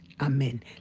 amen